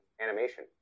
animation